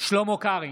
שלמה קרעי,